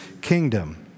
kingdom